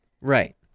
Right